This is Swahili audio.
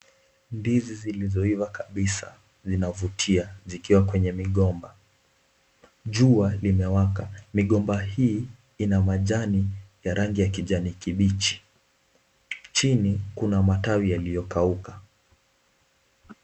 Ndizi zilizoiva kabisa zinavutia zikiwa kwenye migomba. Jua limewekwa. Migomba hii ina majani ya rangi ya kijani kibichi, chini kuna matawi yaliyokauka.